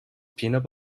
peanut